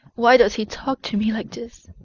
why does he talk to me like this?